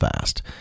fast